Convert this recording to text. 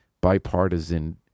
bipartisan